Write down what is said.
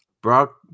Brock